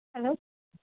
hello